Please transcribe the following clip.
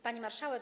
Pani Marszałek!